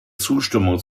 zustimmung